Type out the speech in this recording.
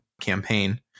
campaign